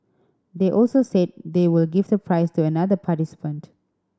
they also said they will give the prize to another participant